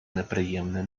неприємне